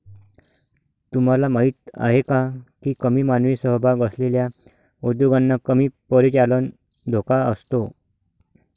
तुम्हाला माहीत आहे का की कमी मानवी सहभाग असलेल्या उद्योगांना कमी परिचालन धोका असतो?